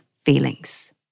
feelings